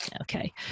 Okay